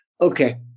okay